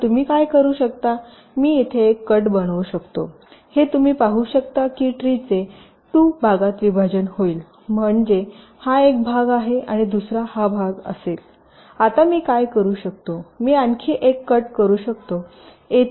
तर तुम्ही काय करू शकता मी येथे एक कट बनवू शकतो हे तुम्ही पाहु शकता की ट्रीचे 2 भागात विभाजन होईल म्हणजे हा एक भाग आहे आणि दुसरा हा भाग असेल आता मी काय करू शकतो मी आणखी एक कट करू शकतो